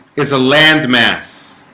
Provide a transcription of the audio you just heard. is a landmass